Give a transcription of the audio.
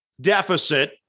deficit